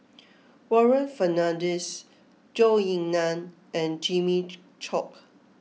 Warren Fernandez Zhou Ying Nan and Jimmy Chok